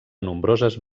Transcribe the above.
nombroses